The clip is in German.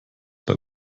bei